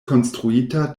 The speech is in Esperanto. konstruita